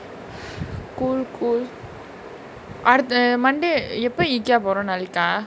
cool cool அடுத்த:adutha err monday எப்ப:eppa eekaa போரோ நாளைக்கா:poro naalaikaa